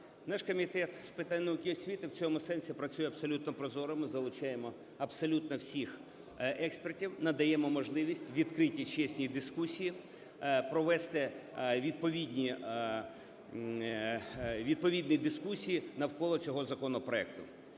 Наш Комітет з питань науки і освіти в цьому сенсі працює абсолютно прозоро, ми залучаємо абсолютно всіх експертів, надаємо можливість у відкритій чесній дискусії провести відповідні… відповідні дискусії навколо цього законопроекту.